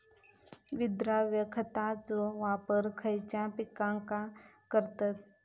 विद्राव्य खताचो वापर खयच्या पिकांका करतत?